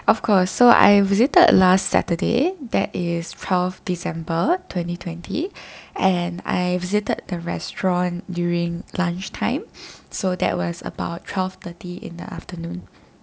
of course so I visited last saturday that is twelfth december twenty twenty and I visited the restaurant during lunchtime so that was about twelve thirty in the afternoon